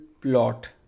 plot